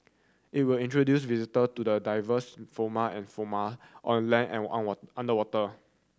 it will introduce visitor to the diverse and on land and on what underwater